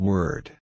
Word